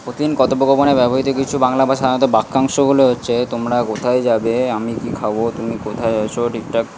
প্রতিদিন কথোপকথনে ব্যবহৃত কিছু বাংলা বা সাধারণত বাক্যাংশগুলো হচ্ছে তোমরা কোথায় যাবে আমি কী খাব তুমি কোথায় আছো ঠিকঠাক